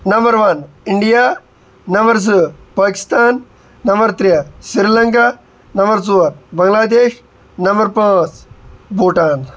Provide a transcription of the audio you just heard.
number one India number زٕ Pakistan number ترے Sri Lanka number ژور بنگلہ دیش نَمبر پانٛژھ بوٗٹان